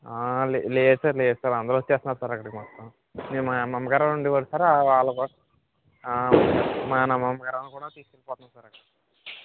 ఆ లే లేదు సర్ లేదు సర్ అందరూ వచ్చేస్త్నారు సార్ అక్కడికి మొత్తం మేము మా అమ్మమ్మగారు ఉండే వారు సార్ వాళ్ళు మా అమ్మమ్మగారు వాళ్ళని కూడా తీసుకుపోతున్నాము సార్ అక్కడికి